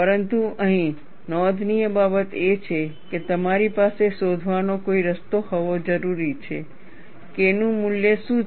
પરંતુ અહીં નોંધનીય બાબત એ છે કે તમારી પાસે શોધવાનો કોઈ રસ્તો હોવો જરૂરી છે K નું મૂલ્ય શું છે